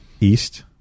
East